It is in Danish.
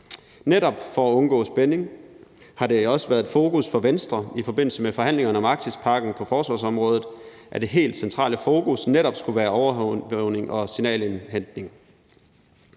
Netop for at undgå spænding har det også været et fokus for Venstre i forbindelse med forhandlingerne om Arktispakken på forsvarsområdet, at det helt centrale fokus netop skulle være overvågning og signalindhentning.